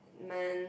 man